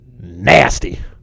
Nasty